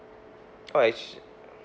alright